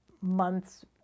months